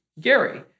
Gary